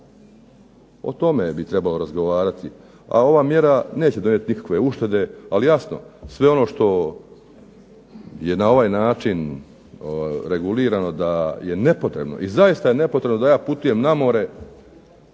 O tome bi trebalo razgovarati, a ova mjera neće donijeti nikakve uštede, ali jasno sve ono što je na ovaj način regulirano da je nepotrebno i zaista je nepotrebno da ja putujem na more